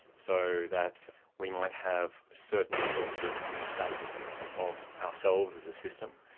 so that we might have certain sorts of states of ourselves as a system,